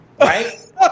Right